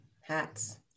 Hats